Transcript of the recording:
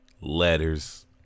letters